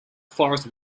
forest